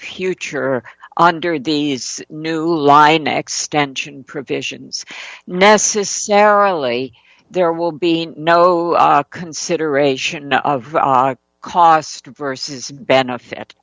future under these new line extension provisions necessarily there will be no consideration of cost vs benefit